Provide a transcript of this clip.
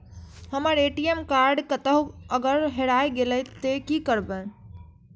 हमर ATM card कतहो अगर हेराय गले ते की करबे?